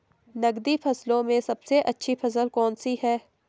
नकदी फसलों में सबसे अच्छी फसल कौन सी है?